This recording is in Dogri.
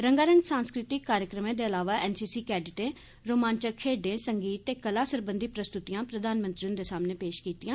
रंगारंग सांस्कृतिक कार्यक्रमें दे इलावा एनसीसी कैडेट रोमांचक खेड्डें संगीत ते कला सरबंधी प्रस्तुतियां प्रधानमंत्री हुंदे सामने पेष करगंन